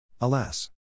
Alas